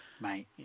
mate